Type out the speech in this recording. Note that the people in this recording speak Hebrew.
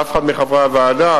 שאף אחד מחברי הוועדה,